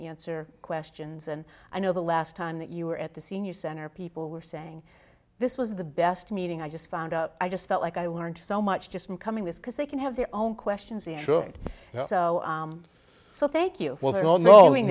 answer questions and i know the last time that you were at the senior center people were saying this was the best meeting i just found out i just felt like i learned so much just coming this because they can have their own questions they should so thank you well they're all knowing